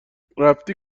رفتی